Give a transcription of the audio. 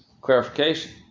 Clarification